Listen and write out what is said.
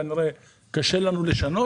כנראה קשה לנו לשנות.